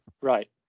right